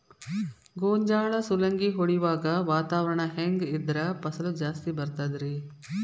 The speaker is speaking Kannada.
ಗೋಂಜಾಳ ಸುಲಂಗಿ ಹೊಡೆಯುವಾಗ ವಾತಾವರಣ ಹೆಂಗ್ ಇದ್ದರ ಫಸಲು ಜಾಸ್ತಿ ಬರತದ ರಿ?